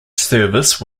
service